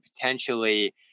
potentially